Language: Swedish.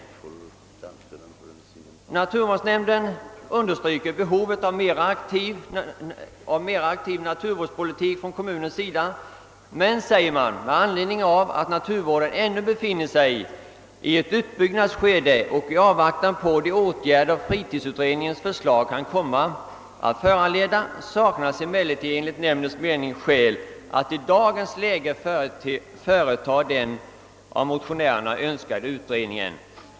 Statens naturvårdsnämnd understryker behovet av mera aktiv naturvårdspolitik från kommunernas sida men, säger man, »med hänsyn till att naturvården ännu befinner sig i ett uppbyggnadsskede och i avvaktan på de åtgärder fritidsutredningens förslag kan komma att föranleda, saknas emellertid enligt nämndens mening skäl att i dagens läge företa den av motionärerna önskade utredningen».